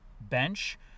bench